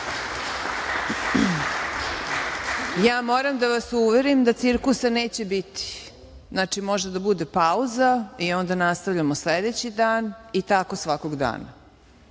Ja moram da vas uverim da cirkusa neće biti. Može da bude pauza i da nastavimo sledeći dan i tako svakog dana.